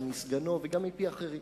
גם מסגנו וגם מאחרים.